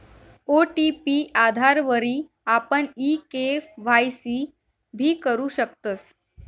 OTP आधारवरी आपण ई के.वाय.सी भी करु शकतस